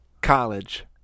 College